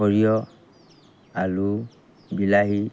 সৰিয়হ আলু বিলাহী